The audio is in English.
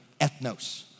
ethnos